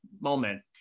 moment